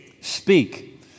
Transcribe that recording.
Speak